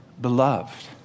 beloved